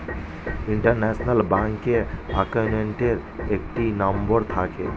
international bank অ্যাকাউন্টের একটি number থাকে